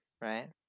right